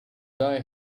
die